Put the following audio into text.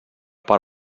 per